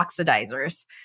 oxidizers